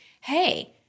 Hey